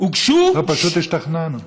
לא, פשוט השתכנענו.